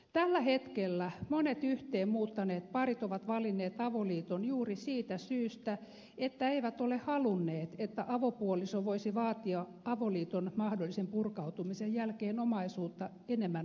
tällä hetkellä monet yhteen muuttaneet parit ovat valinneet avoliiton juuri siitä syystä että eivät ole halunneet että avopuoliso voisi vaatia avoliiton mahdollisen purkautumisen jälkeen omaisuutta enemmän omistavalta